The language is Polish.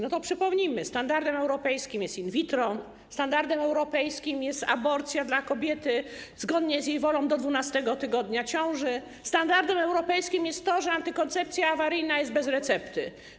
No to przypomnijmy, standardem europejskim jest in vitro, standardem europejskim jest aborcja dla kobiety zgodnie z jej wolą do 12. tygodnia ciąży, standardem europejskim jest to, że antykoncepcja awaryjna jest bez recepty.